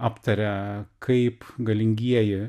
aptaria kaip galingieji